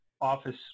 office